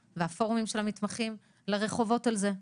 והפורומים של המתמחים יצאו לרחובות על זה,